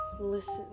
listen